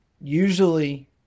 usually